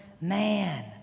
man